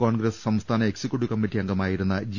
കോൺഗ്രസ് സംസ്ഥാന executive committee അംഗമായിരുന്ന G